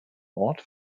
ort